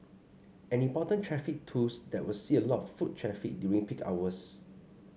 an important traffic tools that will see a lot of foot traffic during peak hours